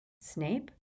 Snape